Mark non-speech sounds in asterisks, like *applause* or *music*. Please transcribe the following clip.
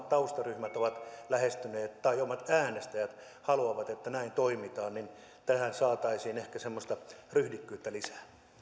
*unintelligible* taustaryhmät ovat lähestyneet tai niin että omat äänestäjät haluavat että näin toimitaan jolloin tähän saataisiin ehkä semmoista ryhdikkyyttä lisää